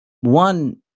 One